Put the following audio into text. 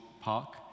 Park